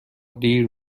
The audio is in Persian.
دیر